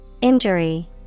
Injury